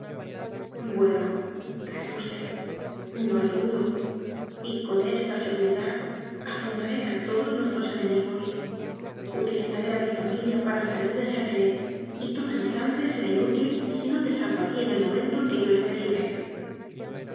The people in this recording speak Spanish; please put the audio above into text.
dudase buenorepuse no lo dudo y con esta seguridad afrontaré a todos nues tros enemigos utilizaré a mi familia para salir del chátelet y toda mi sangre será inútil si no te saco a ti en el momento en que yo esté libre